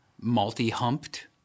Multi-humped